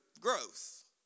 growth